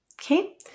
okay